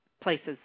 places